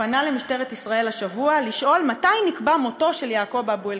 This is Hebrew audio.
פנה למשטרת ישראל השבוע לשאול מתי נקבע מותו של יעקוב אבו אלקיעאן.